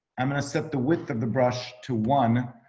i'm going to set the width of the brush to one.